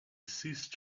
ceased